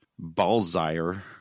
Balzire